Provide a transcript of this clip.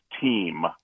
team